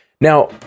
Now